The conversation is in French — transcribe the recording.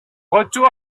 retour